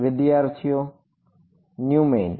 વિદ્યાર્થી ન્યુમેન